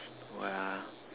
what ah